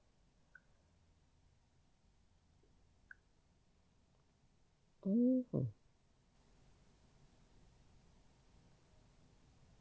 mm